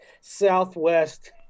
southwest